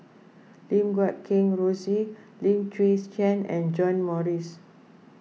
Lim Guat Kheng Rosie Lim Chwee's Chian and John Morrice